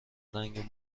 رنگ